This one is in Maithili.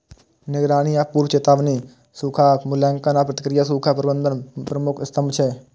निगरानी आ पूर्व चेतावनी, सूखाक मूल्यांकन आ प्रतिक्रिया सूखा प्रबंधनक प्रमुख स्तंभ छियै